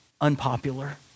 unpopular